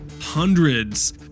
hundreds